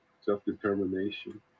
self-determination